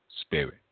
Spirit